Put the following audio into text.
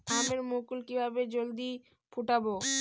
আমের মুকুল কিভাবে জলদি ফুটাব?